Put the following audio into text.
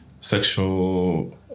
sexual